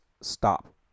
stop